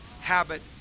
habit